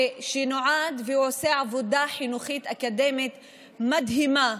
שנועד ועושה עבודה חינוכית אקדמית מדהימה,